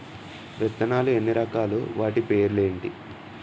విత్తనాలు ఎన్ని రకాలు, వాటి పేర్లు ఏంటి?